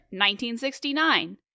1969